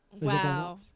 Wow